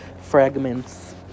fragments